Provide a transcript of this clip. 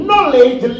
Knowledge